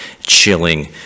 chilling